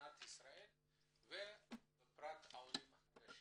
ובישראל ובפרט בקרב העולים החדשים.